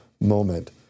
moment